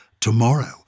tomorrow